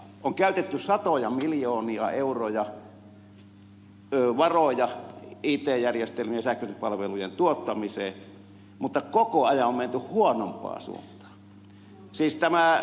on käytetty satoja miljoonia euroja varoja it järjestelmien ja sähköisten palveluiden tuottamiseen mutta koko ajan on menty huonompaan suuntaan